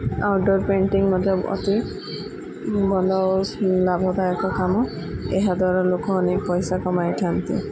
outdoor painting ମଧ୍ୟ ଅତି ଭଲ ଲାଭଦାୟକ କାମ ଏହା ଦ୍ୱାରା ଲୋକମାନେ ପଇସା କମାଇଥାନ୍ତି